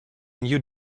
new